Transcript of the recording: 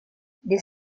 this